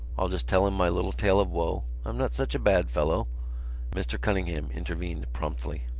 i'll just tell him my little tale of woe. i'm not such a bad fellow mr. cunningham intervened promptly.